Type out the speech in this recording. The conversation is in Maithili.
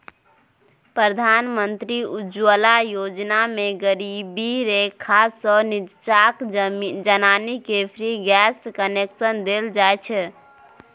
प्रधानमंत्री उज्जवला योजना मे गरीबी रेखासँ नीच्चाक जनानीकेँ फ्री गैस कनेक्शन देल जाइ छै